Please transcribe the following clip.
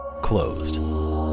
closed